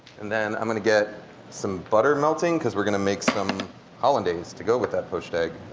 and then i'm going to get some butter melting, because we're going to make some hollandaise to go with that poached egg.